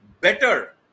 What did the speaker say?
better